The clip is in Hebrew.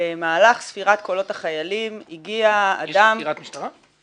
במהלך ספירת קולות החיילים הגיע אדם --- יש חקירת משטרה?